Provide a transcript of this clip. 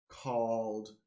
called